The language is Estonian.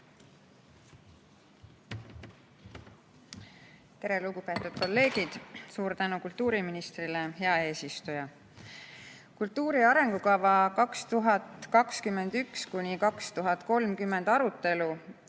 Tere, lugupeetud kolleegid! Suur tänu kultuuriministrile! Hea eesistuja! "Kultuuri arengukava 2021–2030" arutelu